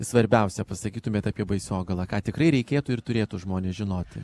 svarbiausią pasakytumėt apie baisogalą ką tikrai reikėtų ir turėtų žmonės žinoti